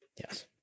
Yes